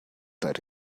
that